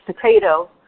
potato